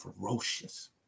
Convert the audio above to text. ferocious